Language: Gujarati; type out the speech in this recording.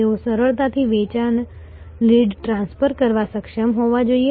તેઓ સરળતાથી વેચાણ લીડ ટ્રાન્સફર કરવા સક્ષમ હોવા જોઈએ